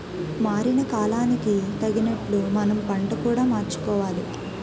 మారిన కాలానికి తగినట్లు మనం పంట కూడా మార్చుకోవాలి